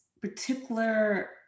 particular